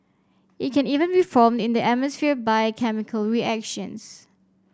it can even be formed in the atmosphere by chemical reactions